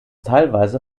teilweise